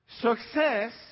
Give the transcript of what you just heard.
Success